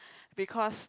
because